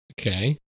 Okay